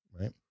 right